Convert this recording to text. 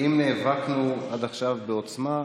אם נאבקנו עד עכשיו בעוצמה,